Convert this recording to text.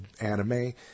anime